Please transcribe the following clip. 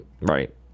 Right